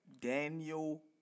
Daniel